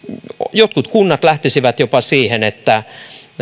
jotkut kunnat lähtisivät jopa siihen että